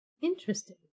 Interesting